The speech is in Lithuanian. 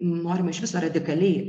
norima iš viso radikaliai